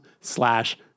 slash